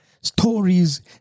stories